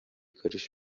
کاریش